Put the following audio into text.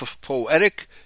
poetic